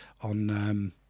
on